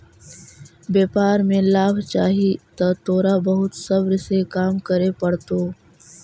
व्यापार में लाभ चाहि त तोरा बहुत सब्र से काम करे पड़तो